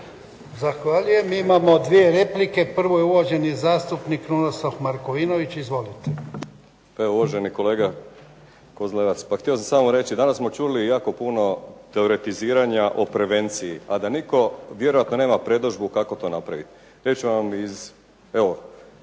Zahvaljujem. Imamo dvije replike. Prvo je uvaženi zastupnik Krunoslav Markovinović. Izvolite. **Markovinović, Krunoslav (HDZ)** Pa evo uvaženi kolega Kozlevac, htio sam samo reći danas smo čuli jako puno teoretiziranja o prevenciji, a da nitko vjerojatno nema predodžbu kako to napraviti. Reći ću vam